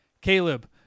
caleb